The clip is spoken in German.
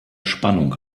spannung